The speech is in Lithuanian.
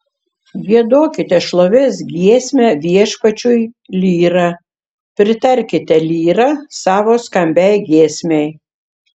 giedokite šlovės giesmę viešpačiui lyra pritarkite lyra savo skambiai giesmei